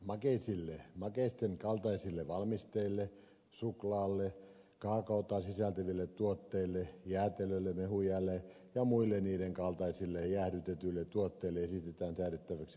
makeisille makeisten kaltaisille valmisteille suklaalle kaakaota sisältäville tuotteille jäätelölle mehujäälle ja muille niiden kaltaisille jäähdytetyille tuotteille esitetään säädettäväksi uusi valmistevero